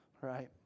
right